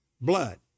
blood